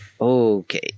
Okay